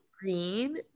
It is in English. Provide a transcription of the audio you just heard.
green